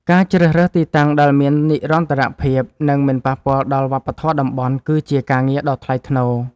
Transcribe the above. ការជ្រើសរើសទីតាំងដែលមាននិរន្តរភាព និងមិនប៉ះពាល់ដល់វប្បធម៌តំបន់ គឺជាការងារដ៏ថ្លៃថ្នូរ។